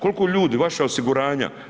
Koliko ljudi, vaša osiguranja?